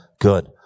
good